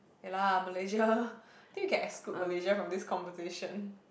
ya lah Malaysia think you can exclude Malaysia from this conversation